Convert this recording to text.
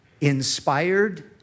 inspired